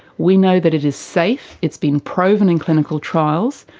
we know that it is safe, it's been proven in clinical trials,